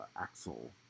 Axel